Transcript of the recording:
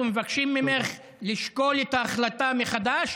אנחנו מבקשים ממך לשקול את ההחלטה מחדש,